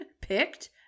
picked